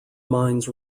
mines